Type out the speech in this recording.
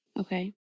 Okay